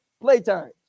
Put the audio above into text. playtime